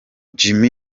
jimmy